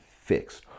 fixed